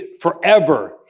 forever